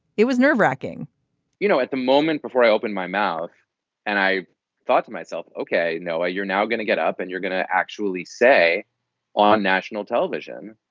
it was nerve wracking you know, at the moment, before i open my mouth and i thought to myself, ok, noah, you're now gonna get up and you're going to actually say on national television,